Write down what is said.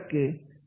पंधरा टक्के